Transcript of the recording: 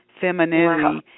femininity